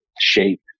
shape